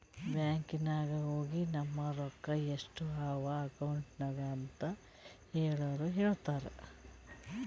bank ನಾಗ್ ಹೋಗಿ ನಮ್ ರೊಕ್ಕಾ ಎಸ್ಟ್ ಅವಾ ಅಕೌಂಟ್ನಾಗ್ ಅಂತ್ ಕೇಳುರ್ ಹೇಳ್ತಾರ್